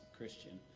Christian